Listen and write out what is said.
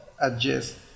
adjust